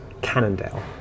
Cannondale